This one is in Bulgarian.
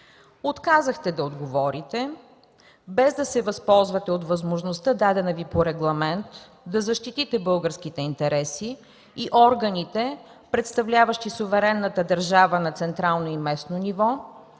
Отказахте да отговорите, без да се възползвате от възможността, дадена Ви по регламент – да защитите българските интереси и органите, представляващи суверенната държава на централно и местно ниво,